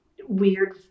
weird